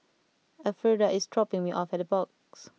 Elfrieda is dropping me off at Big Box